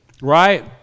Right